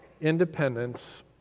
independence